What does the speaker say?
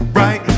right